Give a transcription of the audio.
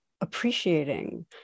appreciating